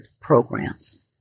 programs